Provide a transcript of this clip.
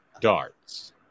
Darts